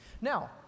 Now